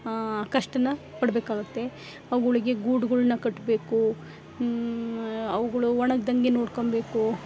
ಕಷ್ಟ ಪಡಬೇಕಾಗುತ್ತೆ ಅವುಗಳಿಗೆ ಗೂಡುಗಳ್ನ ಕಟ್ಟಬೇಕು ಅವುಗಳು ಒಣಗದಂಗೆ ನೊಡ್ಕೋಬೇಕು